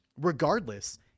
regardless